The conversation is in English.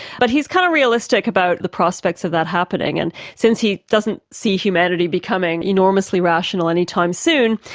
but he's kind of realistic about the prospects of that happening, and since he doesn't see humanity becoming enormously rational any time soon,